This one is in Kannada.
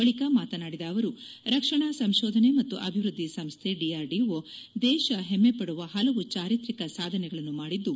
ಬಳಿಕ ಮಾತನಾಡಿದ ಅವರು ರಕ್ಷಣಾ ಸಂಶೋಧನೆ ಮತ್ತು ಅಭಿವೃದ್ಧಿ ಸಂಶೈ ಡಿಆರ್ಡಿಒ ದೇಶ ಹೆಮ್ಮೆಪಡುವ ಪಲವು ಚಾರಿತ್ರಿಕ ಸಾಧನೆಗಳನ್ನು ಮಾಡಿದ್ದು